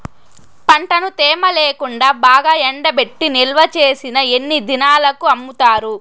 పంటను తేమ లేకుండా బాగా ఎండబెట్టి నిల్వచేసిన ఎన్ని దినాలకు అమ్ముతారు?